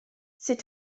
sut